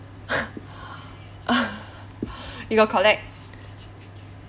you got collect